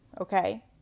Okay